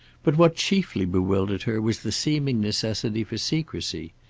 but what chiefly bewildered her was the seeming necessity for secrecy.